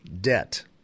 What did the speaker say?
Debt